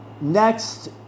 next